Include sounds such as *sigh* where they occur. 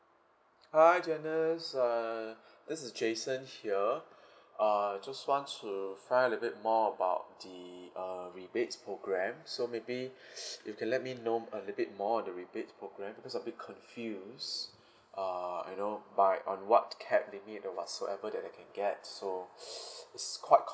hi janice uh *breath* this is jason here *breath* uh just want to find a little bit more about the uh rebates program so maybe *breath* you can let me know a little bit more on the rebates program because a bit confused *breath* uh you know by on what capped limit or whatsoever that I can get so *breath* it's quite